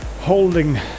Holding